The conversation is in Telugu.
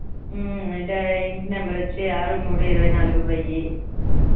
డై ఇంటి నెంబర్ వచ్చి ఆరు మూడు ఇరవై నాలుగు బై ఏ